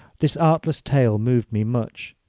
this artless tale moved me much,